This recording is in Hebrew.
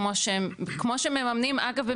כמו שמממנים אגב,